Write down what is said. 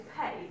pay